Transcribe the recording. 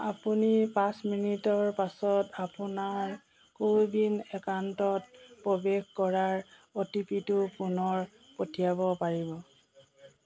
আপুনি পাঁচ মিনিটৰ পাছত আপোনাৰ কোৱিন একাউণ্টত প্ৰৱেশ কৰাৰ অ' টি পি টো পুনৰ পঠিয়াব পাৰিব